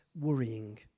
worrying